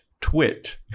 Twit